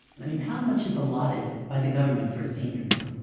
how much is allotted by the government for a senior meal?